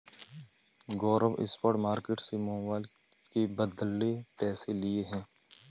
गौरव spot market से mobile के बदले पैसे लिए हैं